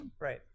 Right